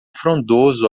frondoso